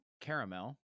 caramel